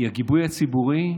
היא הגיבוי הציבורי,